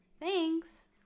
Thanks